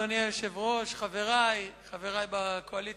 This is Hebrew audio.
אדוני היושב-ראש, חברי בקואליציה,